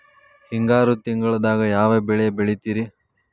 ಹಿಂಗಾರು ತಿಂಗಳದಾಗ ಯಾವ ಬೆಳೆ ಬೆಳಿತಿರಿ?